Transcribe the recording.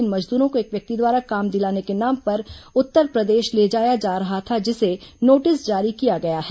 इन मजदूरों को एक व्यक्ति द्वारा काम दिलाने के नाम पर उत्तरप्रदेश ले जाया जा रहा था जिसे नोटिस जारी किया गया है